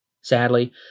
Sadly